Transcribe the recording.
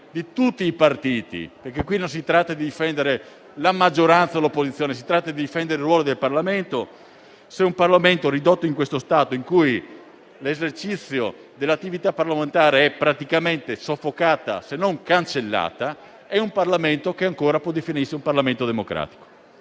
di tutti i partiti (perché in questo caso non si tratta di difendere la maggioranza o l'opposizione, ma di difendere il ruolo del Parlamento) se un Parlamento ridotto in questo stato, in cui l'esercizio dell'attività parlamentare è praticamente soffocato, se non cancellato, è un Parlamento che ancora può definirsi democratico.